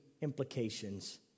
implications